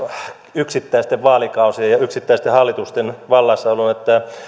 yksittäisten vaalikausien ja yksittäisten hallitusten vallassaolon